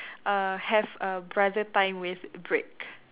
err have a brother time with brick